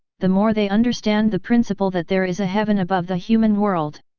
the more they understand the principle that there is a heaven above the human world!